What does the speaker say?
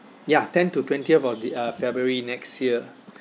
ya ten to twentieth of the uh february next year